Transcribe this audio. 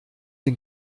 den